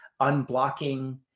unblocking